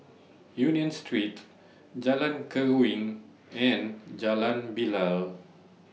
Union Street Jalan Keruing and Jalan Bilal